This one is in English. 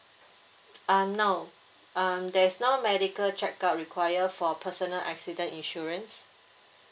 um no um there's no medical check-up require for personal accident insurance